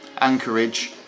anchorage